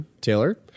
Taylor